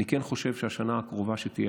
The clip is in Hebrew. אני כן חושב שבשנה הקרובה שתהיה,